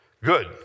Good